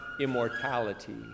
immortality